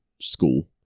school